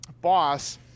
boss